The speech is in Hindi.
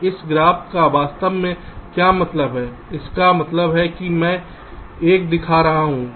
तो इस ग्राफ का वास्तव में क्या मतलब है इसका मतलब है कि मैं एक दिखा रहा हूं